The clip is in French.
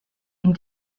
une